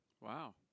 wow